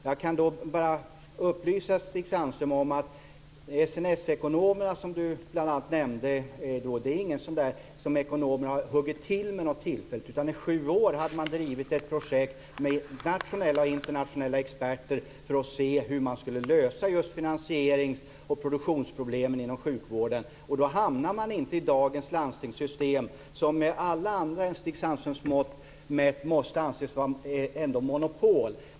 Jag kan upplysa Stig Sandström om att de SNS ekonomer som han nämnde inte har huggit till med något. I sju år hade man drivit ett projekt med nationella och internationella experter för att se hur man skulle lösa just finansierings och produktionsproblemen inom sjukvården. Och då hamnade man inte inom dagens landstingssystem, som med alla andras utom Stig Sandströms mått mätt ändå måste anses vara ett monopol.